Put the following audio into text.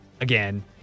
again